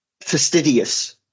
fastidious